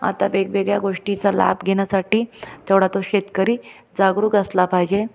आता वेगवेगळ्या गोष्टीचा लाभ घेण्यासाठी तेवढा तो शेतकरी जागरूक असला पाहिजे